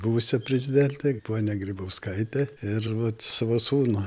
buvusią prezidentę ponią grybauskaitę ir vat savo sūnų